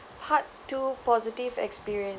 part two positive experience